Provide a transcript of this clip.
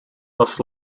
was